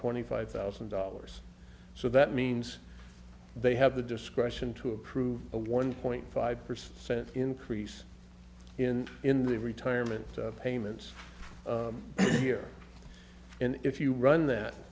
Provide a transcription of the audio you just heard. twenty five thousand dollars so that means they have the discretion to approve a one point five percent increase in in their retirement payments here and if you run that